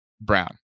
brown